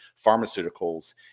pharmaceuticals